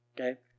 okay